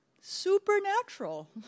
supernatural